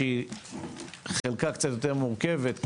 שחלקה קצת יותר מורכבת,